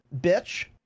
bitch